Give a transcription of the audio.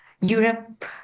Europe